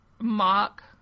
mock